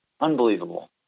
Unbelievable